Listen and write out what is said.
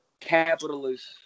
capitalist